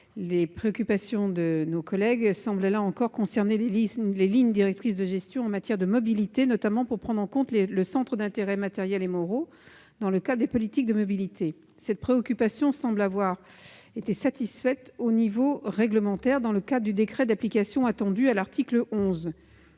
les préoccupations de leurs auteurs semblent de nouveau porter sur les lignes directrices de gestion en matière de mobilité ; ils souhaitent notamment prendre en compte le centre des intérêts matériels et moraux dans le cadre des politiques de mobilité. Cette préoccupation semble être satisfaite au niveau réglementaire, dans le cadre du décret d'application attendu à l'article 11.